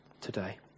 today